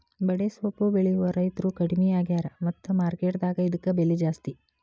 ಬಡೆಸ್ವಪ್ಪು ಬೆಳೆಯುವ ರೈತ್ರು ಕಡ್ಮಿ ಆಗ್ಯಾರ ಮತ್ತ ಮಾರ್ಕೆಟ್ ದಾಗ ಇದ್ಕ ಬೆಲೆ ಜಾಸ್ತಿ